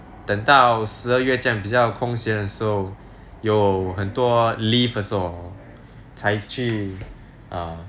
等到十二月这样比较空闲的时候有很多 leave 的时候才去 err